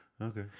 Okay